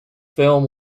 film